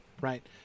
right